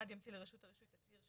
(1) ימציא לרשות הרישוי תצהיר,